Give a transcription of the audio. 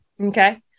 Okay